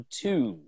two